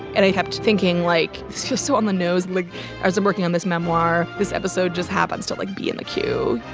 and i kept thinking like it's just so on the nose like i i'm working on this memoir. this episode just happens to like be in the queue.